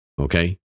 Okay